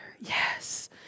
yes